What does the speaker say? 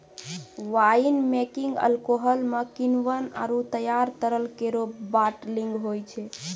wine making alcohol म किण्वन आरु तैयार तरल केरो बाटलिंग होय छै